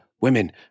women